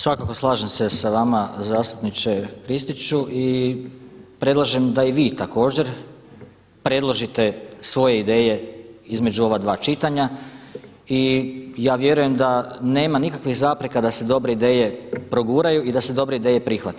Svakako slažem se sa vama zastupniče Kristiću i predlažem da i vi također predložite svoje ideje između ova dva čitanja i ja vjerujem da nema nikakvih zapreka da se dobre ideje proguraju i da se dobre ideje prihvate.